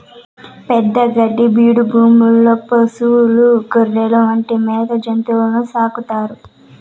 పెద్ద గడ్డి బీడు భూముల్లో పసులు, గొర్రెలు వంటి మేత జంతువులను సాకుతారు